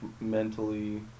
mentally